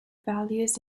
values